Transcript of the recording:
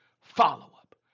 follow-up